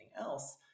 else